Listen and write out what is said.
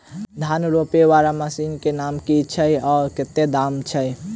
धान रोपा वला मशीन केँ नाम की छैय आ कतेक दाम छैय?